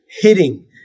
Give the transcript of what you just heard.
hitting